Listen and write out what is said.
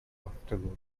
afternoon